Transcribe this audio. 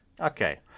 Okay